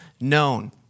known